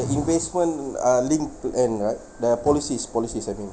investment uh linked plan ah the policies policies I mean